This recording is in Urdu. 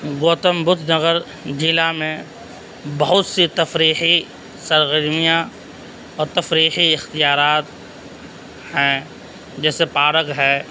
گوتم بدھ نگر ضلع میں بہت سی تفریحی سرگرمیاں اور تفریحی اختیارات ہیں جیسے ہے